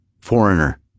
Foreigner